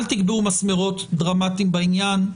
אל תקבעו מסמרות דרמטיים בעניין.